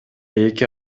эки